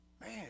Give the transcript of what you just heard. man